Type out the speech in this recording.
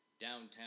downtown